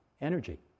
energy